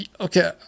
okay